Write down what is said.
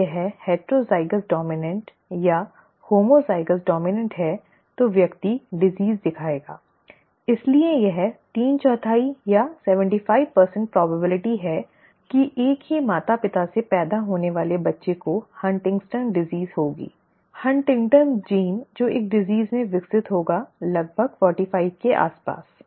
यदि यह heterozygous dominant या होमोजयगोस डॉम्इनॅन्ट है तो व्यक्ति बीमारी दिखाएगा इसलिए यह तीन चौथाई या 75 संभावना है कि एक ही माता पिता से पैदा होने वाले बच्चे को हंटिंग्टन की बीमारी Huntington's disease होगी हंटिंगटन का जीन Huntington's gene जो एक बीमारी में विकसित होगा लगभग 45 के आसपास